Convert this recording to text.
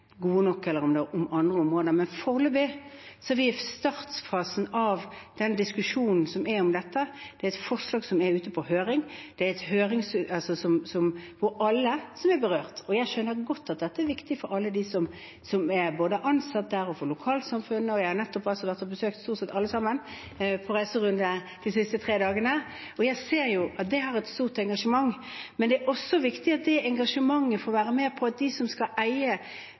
er andre områder, men foreløpig er vi i startfasen av diskusjonen rundt dette, og det er et forslag som er ute på høring hos alle som er berørt. Jeg skjønner godt at dette er viktig for alle, både for ansatte og for lokalsamfunnet. Jeg har nettopp vært og besøkt stort sett alle sammen på en reiserunde de siste tre dagene, og jeg ser jo at det er et stort engasjement. Men det er også viktig at man i det engasjementet er med på at de som skal eie